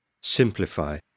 simplify